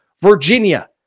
Virginia